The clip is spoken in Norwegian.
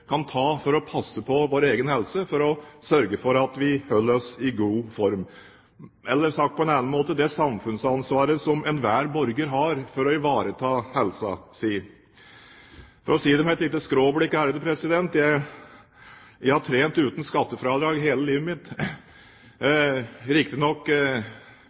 kan gjøre for å passe på vår egen helse, er å sørge for at vi holder oss i god form, eller sagt på en annen måte: Det er et samfunnsansvar som enhver borger har for å ivareta helsen sin. For å si det med et lite skråblikk: Jeg har trent uten skattefradrag hele livet mitt. Riktignok